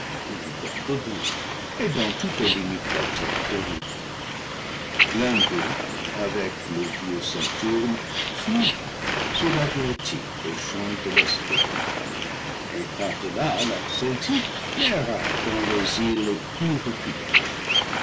et dans toutes les limites de la terre dorique l'un d'eux avec le vieux saturne fuit sur l'adriatique aux champs de l'hespérie et par delà la celtique erra dans les îles les plus reculées